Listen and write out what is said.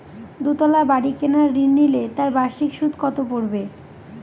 দুতলা বাড়ী কেনার ঋণ নিলে তার বার্ষিক সুদ কত পড়বে?